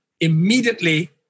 immediately